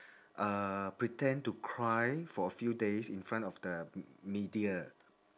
uh pretend to cry for a few days in front of the media